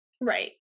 right